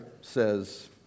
says